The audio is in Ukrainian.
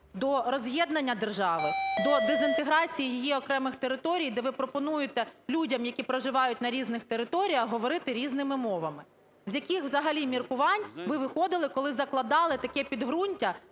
до роз'єднання держави, до дезінтеграції її окремих територій, де ви пропонуєте людям, які проживають на різних територіях, говорити різними мовами? З яких взагалі міркувань ви виходили, коли закладали таке підґрунтя